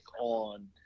on